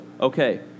okay